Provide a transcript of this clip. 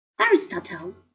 Aristotle